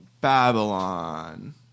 Babylon